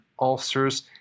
ulcers